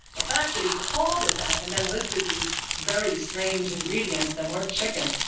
the fact that he called it that and then listed these very strange ingredients that weren't chicken